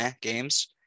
games